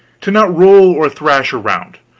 to not roll or thrash around,